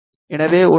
எனவே 1